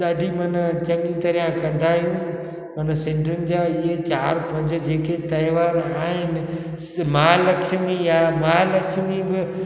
ॾाढी माना चङी तरह कंदा आहियूं माना सिधियुनि जा इहे चारि पंज जेके त्योहार आहिनि से महालछमी या महालछमी बि